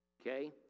Okay